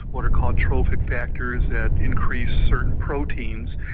what are called trophic factors that increase certain proteins.